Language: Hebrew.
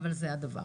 אבל זה הדבר.